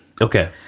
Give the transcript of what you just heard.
Okay